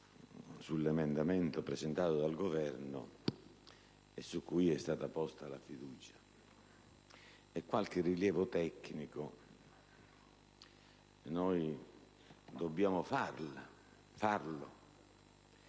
sull'emendamento presentato dal Governo su cui è stata posta la questione di fiducia. Qualche rilievo tecnico noi dobbiamo farlo,